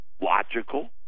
logical